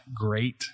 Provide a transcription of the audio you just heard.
great